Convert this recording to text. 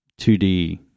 2D